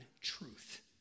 truth